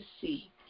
see